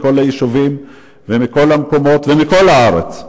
מכל היישובים ומכל המקומות ומכל הארץ,